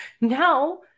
now